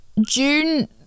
June